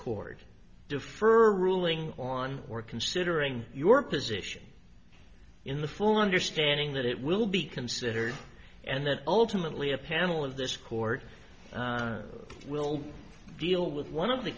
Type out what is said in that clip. defer ruling on or considering your position in the full understanding that it will be considered and that ultimately a panel of this court will deal with one of the